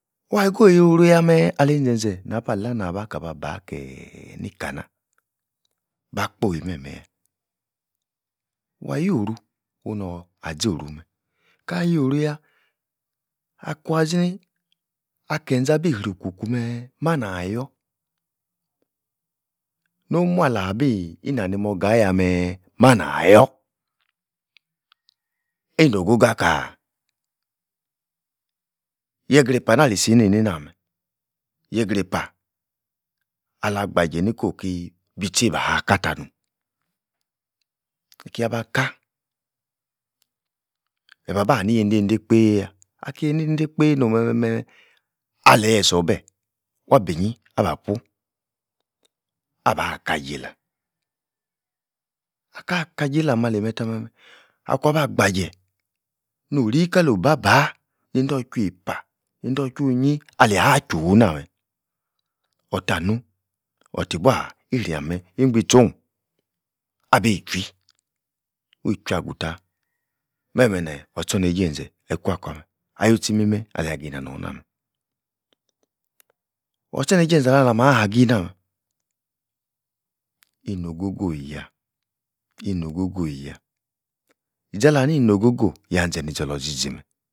Wah-go yoru yah-meeeh, ali-zen-zen nah bah la nah bakaba bah-keeeeh nikana? bah-kpoi meh-meh yah, wah-yoru onor'h azoru-meh, ayoru-yah, akuan zini akeze-abi-ruku-ku meeh mah-nayor? noh mua-labi inani-morga ayah-meeeh manayor? ino-go-go akah? yegrepa-anah alizina eineina meh, yegrepa alagbaje niko kiii bi-yitcheiyi baha-kata no'm kia-bah-kah, aba-ba ha-ni-ni nei ndei-dei kpeiii yah, akie endei-dei kpei nohm meh-meh meeeh aleyeor beh? wabi-nyi abeh-pu abah-kajeila, akah kajeila ameh ali-meh tah meh-meh akuan-bah gbaje, nori kalo'h obabah pei-endochwuor-eipah, endo-chwor-onyi alia-juyu-nah meh, otah nuhn otibua iria-meh ingbitcho'hn abi-chwui, wi chui agutah meh-meh neeeh or-tchorneije ezeh ikwa-kor-meh, ah-you-tchi immeh alia gi nah-nor-nah meh or-tchor neije enze anah-alamah hagi inameh ino-go-go yah!! ino-go-go yah izi-alah ni-ino-go-go, yan-ze nizor-loza izimeh